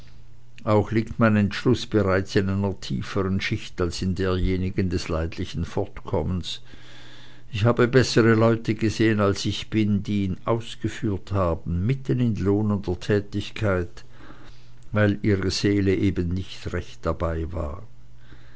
auch liegt mein entschluß bereits in einer tieferen schicht als in derjenigen des leidlichen fortkommens ich habe bessere leute gesehen als ich bin die ihn ausgeführt haben mitten in lohnender tätigkeit weil ihre seele eben nicht recht dabei war